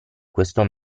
questo